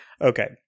Okay